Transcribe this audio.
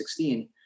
2016